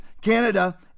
Canada